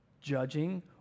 judging